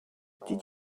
did